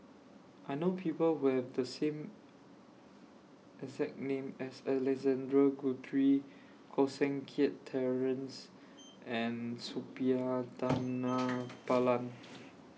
I know People Who Have The same exact name as Alexander Guthrie Koh Seng Kiat Terence and Suppiah Dhanabalan